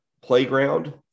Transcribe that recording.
playground